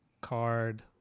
card